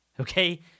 okay